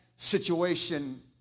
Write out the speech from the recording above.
situation